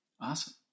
Awesome